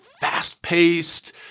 fast-paced